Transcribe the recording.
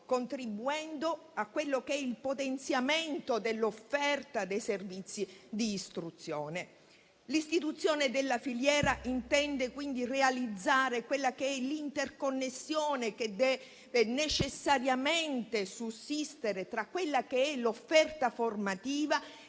contribuendo a quello che è il potenziamento dell'offerta dei servizi di istruzione. L'istituzione della filiera intende, quindi, realizzare l'interconnessione che deve necessariamente sussistere tra l'offerta formativa